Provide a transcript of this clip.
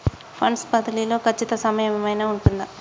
Funds బదిలీ లో ఖచ్చిత సమయం ఏమైనా ఉంటుందా?